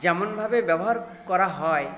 যেমনভাবে ব্যবহার করা হয়